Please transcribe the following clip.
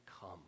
come